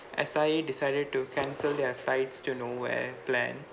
S_I_A decided to cancel their flights to nowhere plan